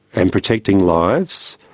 and protecting lives,